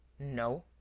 no?